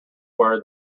where